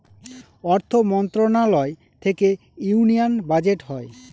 অর্থ মন্ত্রণালয় থেকে ইউনিয়ান বাজেট হয়